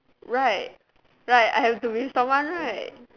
right right I have to be with someone right